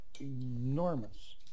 enormous